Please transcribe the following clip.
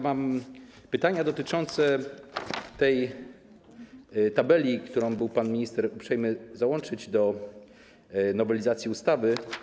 Mam pytania dotyczące tej tabeli, którą pan minister był uprzejmy załączyć do nowelizacji ustawy.